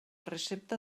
recepta